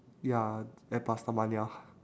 ya at pastamania